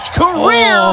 career